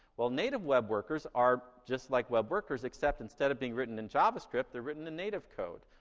well, native web workers are just like web workers except instead of being written in javascript, they're written in native code.